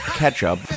ketchup